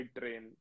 train